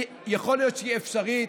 יכול להיות שהיא אפשרית.